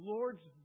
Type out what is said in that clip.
Lord's